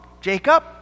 Jacob